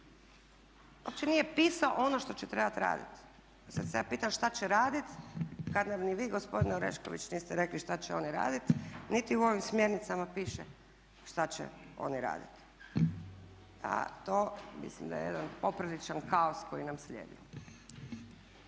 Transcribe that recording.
uopće nije pisao ono što će trebati raditi. Sad se ja pitam što će raditi kad nam ni vi gospodine Orešković niste rekli što će oni raditi niti u ovim smjernicama piše što će oni raditi. To mislim da je jedan popriličan kaos koji nam slijedi.